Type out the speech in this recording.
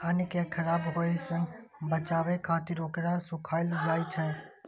अन्न कें खराब होय सं बचाबै खातिर ओकरा सुखायल जाइ छै